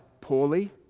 poorly